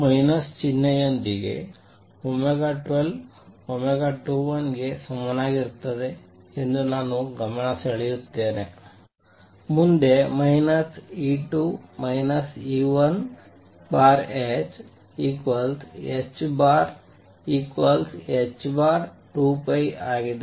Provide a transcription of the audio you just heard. minus ಚಿಹ್ನೆಯೊಂದಿಗೆ 12 21 ಕ್ಕೆ ಸಮನಾಗಿರುತ್ತದೆ ಎಂದು ನಾನು ಗಮನಸೆಳೆಯುತ್ತೇನೆ ಮುಂದೆ ℏ h2 ಆಗಿದೆ